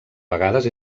vegades